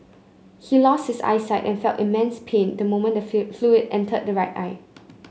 he lost his eyesight and felt immense pain the moment the fluid entered his right eye